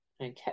okay